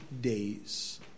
days